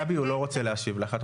גבי, הוא לא רוצה להשיב לך.